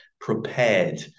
prepared